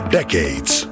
decades